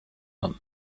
homme